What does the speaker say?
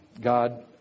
God